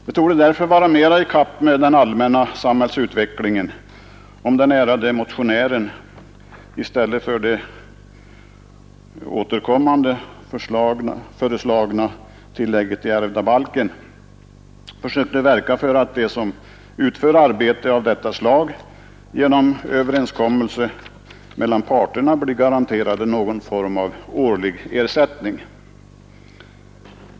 Det torde vara mera i samklang med den allmänna samhällsutvecklingen att den ärade motionären, i stället för det återkommande förslaget om tillägg i ärvdabalken, försöker verka för att de som utför arbete av detta slag genom överenskommelse mellan parterna blir garanterade någon form av årlig ersättning.